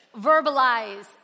verbalize